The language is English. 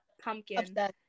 pumpkin